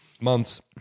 months